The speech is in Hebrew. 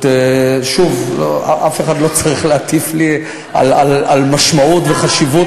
שוב, אף אחד לא צריך להטיף לי על משמעות וחשיבות,